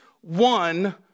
one